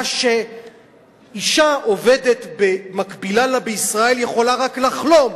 מה שאשה עובדת מקבילה לה בישראל רק יכולה לחלום,